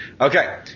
okay